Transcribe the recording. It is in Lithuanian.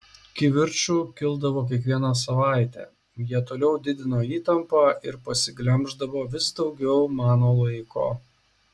kivirčų kildavo kiekvieną savaitę jie toliau didino įtampą ir pasiglemždavo vis daugiau mano laiko